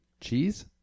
Cheese